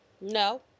No